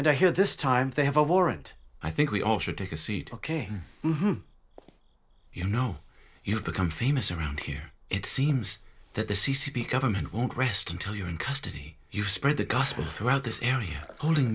and i hear this time they have a warrant i think we all should take a seat ok you know you've become famous around here it seems that the c c p government won't rest until you're in custody you spread the gospel throughout this area holding